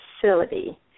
facility